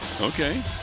Okay